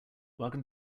welcome